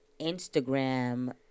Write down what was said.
Instagram